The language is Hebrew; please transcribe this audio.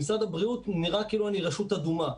במשרד הבריאות נראה כאילו אני רשות אדומה.